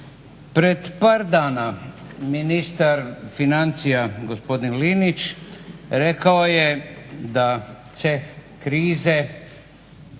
Pred par dana ministar financija gospodin Linić rekao je da krize